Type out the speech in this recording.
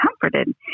comforted